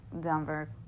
Denver